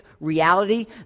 reality